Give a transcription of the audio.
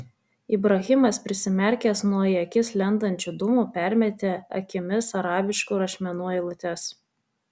ibrahimas prisimerkęs nuo į akis lendančių dūmų permetė akimis arabiškų rašmenų eilutes